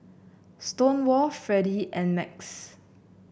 Stonewall Freddy and Max